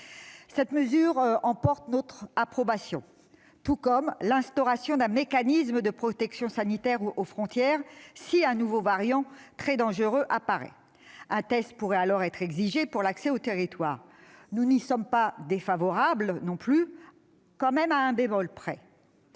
Cette mesure emporte notre approbation, tout comme l'instauration d'un mécanisme de protection sanitaire aux frontières si un nouveau variant très dangereux apparaît. Un test pourrait alors être exigé pour l'accès au territoire. Nous n'y sommes pas défavorables non plus, à un bémol près